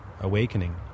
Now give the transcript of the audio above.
awakening